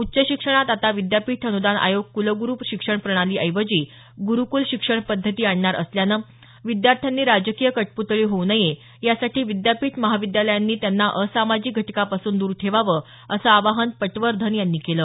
उच्च शिक्षणात आता विद्यापीठ अन्दान आयोग कुलगुरू शिक्षण प्रणाली ऐवजी गुरूकुल शिक्षण पध्दती आणणार असल्यानं विद्यार्थ्यांनी राजकीय कटपुतळी होवू नये यासाठी विद्यापीठ महाविद्यालयांनी त्यांना असामाजिक घटकापासून द्र ठेवावं असं आवाहन पटवर्धन यांनी केलं